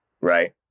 right